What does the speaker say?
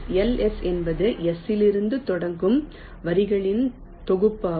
LS என்பது S இலிருந்து தொடங்கும் வரிகளின் தொகுப்பாகும்